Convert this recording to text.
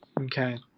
okay